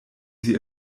sie